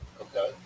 Okay